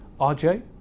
RJ